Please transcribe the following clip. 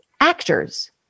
actors